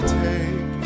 take